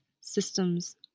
systems